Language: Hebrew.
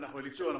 אליצור,